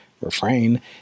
refrain